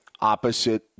opposite